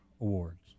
awards